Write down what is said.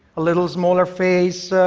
a little smaller face,